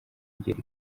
kugera